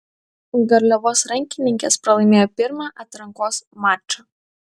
garliavos rankininkės pralaimėjo pirmą atrankos mačą